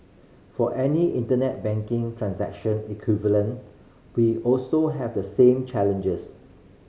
for any Internet banking transaction equivalent we also have the same challenges